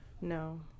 No